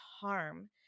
harm